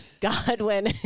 Godwin